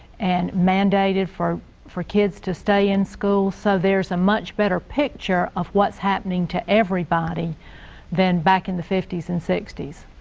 and mandated for for kids to stay in school. so there's a much better picture of what's happening to everybody than back in the fifty s and sixty s.